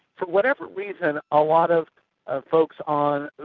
for whatever reason, a lot of of folks on,